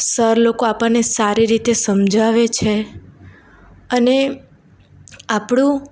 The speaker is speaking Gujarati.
સર લોકો આપણને સારી રીતે સમજાવે છે અને આપણું